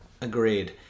agreed